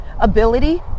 ability